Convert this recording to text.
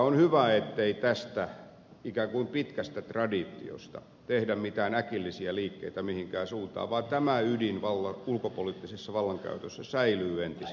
on hyvä ettei tästä ikään kuin pitkästä traditiosta tehdä mitään äkillisiä liikkeitä mihinkään suuntaan vaan tämä ydin ulkopoliittisessa vallankäytössä säilyy entisellään